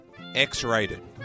x-rated